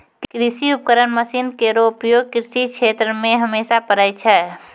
कृषि उपकरण मसीन केरो उपयोग कृषि क्षेत्र मे हमेशा परै छै